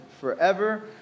forever